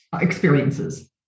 experiences